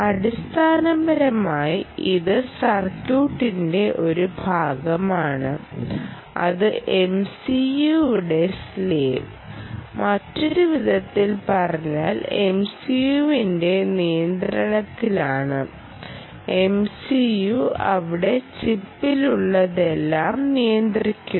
അടിസ്ഥാനപരമായി ഇത് സർക്യൂട്ടന്റെ ഒരു ഭാഗമാണ് അത് MCU യുടെ സ്ലേവ് മറ്റൊരു വിധത്തിൽ പറഞ്ഞാൽ MCU ന്റെ നിയന്ത്രണത്തിലാണ് MCU അവിടെ ചിപ്പിലുള്ളതെല്ലാം നിയന്ത്രിക്കുന്നു